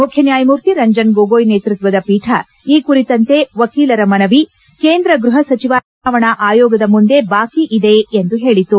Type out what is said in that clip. ಮುಖ್ಯ ನ್ಯಾಯಮೂರ್ತಿ ರಂಜನ್ ಗೊಗೋಯ್ ನೇತೃತ್ವದ ಪೀಠ ಈ ಕುರಿತಂತೆ ವಕೀಲರ ಮನವಿ ಕೇಂದ್ರ ಗೃಹ ಸಚಿವಾಲಯ ಹಾಗೂ ಚುನಾವಣಾ ಆಯೋಗದ ಮುಂದೆ ಬಾಕಿ ಇದೆ ಎಂದು ಹೇಳಿತು